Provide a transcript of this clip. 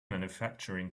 manufacturing